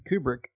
Kubrick